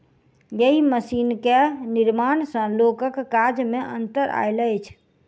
एहि मशीन के निर्माण सॅ लोकक काज मे अन्तर आयल अछि